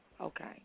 Okay